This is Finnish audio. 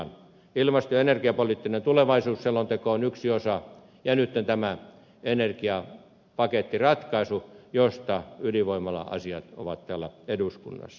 ilmasto ja energiapoliittinen tulevaisuusselonteko on yksi osa ja nyt on tämä energiapakettiratkaisu josta ydinvoimala asiat ovat täällä eduskunnassa